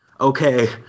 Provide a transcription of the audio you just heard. Okay